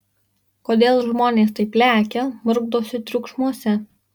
kodėl žmonės taip lekia murkdosi triukšmuose